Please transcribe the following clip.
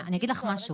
אני אגיד לך משהו.